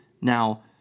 Now